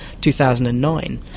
2009